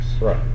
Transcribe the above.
Right